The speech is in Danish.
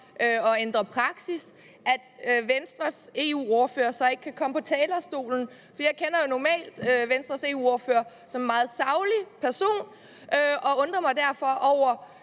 at ændre praksis – så kan Venstres EU-ordfører ikke komme på talerstolen. Jeg kender jo normalt Venstres EU-ordfører som en meget saglig person, og jeg undrer mig derfor over,